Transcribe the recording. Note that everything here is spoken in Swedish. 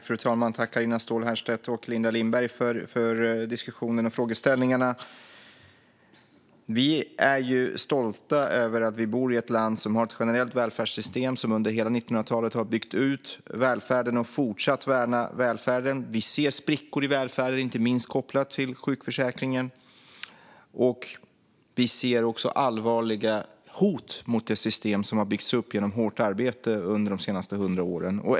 Fru talman! Jag tackar Carina Ståhl Herrstedt och Linda Lindberg för diskussionen och frågeställningarna. Vi är stolta över att vi bor i ett land som har ett generellt välfärdssystem och som under hela 1900-talet har byggt ut välfärden och fortsatt värna välfärden. Vi ser sprickor i välfärden, inte minst kopplat till sjukförsäkringen. Vi ser också allvarliga hot mot det system som har byggts upp genom hårt arbete under de senaste 100 åren.